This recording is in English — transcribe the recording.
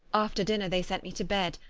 after dinner they sent me to bed,